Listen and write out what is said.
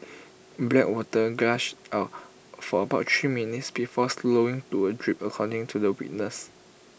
black water gushed out for about three minutes before slowing to A drip according to the witness